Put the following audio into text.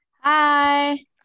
Hi